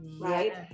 Right